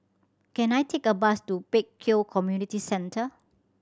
can I take a bus to Pek Kio Community Centre